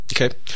Okay